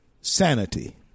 sanity